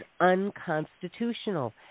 unconstitutional